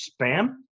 spam